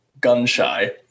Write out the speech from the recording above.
gun-shy